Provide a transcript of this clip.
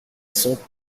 sont